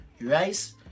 rice